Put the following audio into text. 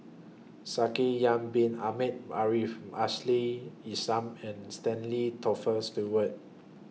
Shaikh Yahya Bin Ahmed Afifi Ashley Isham and Stanley Tofer Stewart